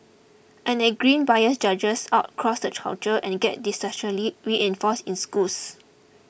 and that grim bias judges out cross the culture and gets disastrously reinforced in schools